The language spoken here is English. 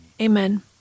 Amen